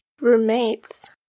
Roommates